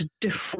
different